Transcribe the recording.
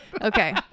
Okay